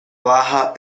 baja